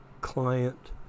client